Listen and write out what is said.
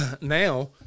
now –